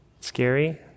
scary